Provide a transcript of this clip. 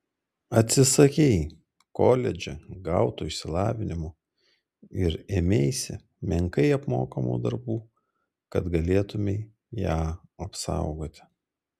atsisakei koledže gauto išsilavinimo ir ėmeisi menkai apmokamų darbų kad galėtumei ją apsaugoti